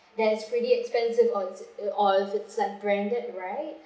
there's really expensive or or it's like branded right